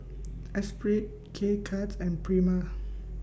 Esprit K Cuts and Prima